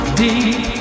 deep